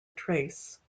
trace